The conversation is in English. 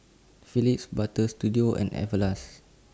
Phillips Butter Studio and Everlast